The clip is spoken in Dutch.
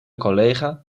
collega